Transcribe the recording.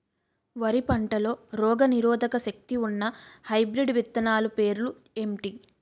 వరి పంటలో రోగనిరోదక శక్తి ఉన్న హైబ్రిడ్ విత్తనాలు పేర్లు ఏంటి?